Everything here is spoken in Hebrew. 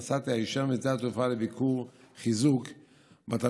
נסעתי היישר משדה התעופה לביקור חיזוק בתלמוד